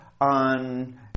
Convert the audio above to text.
on